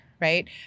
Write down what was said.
Right